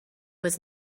was